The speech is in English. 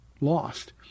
lost